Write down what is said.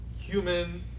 human